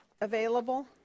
available